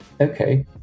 Okay